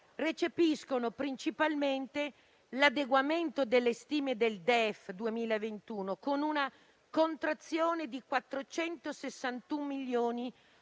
recepiscono principalmente l'adeguamento delle stime del DEF 2021 con una contrazione di 461 milioni,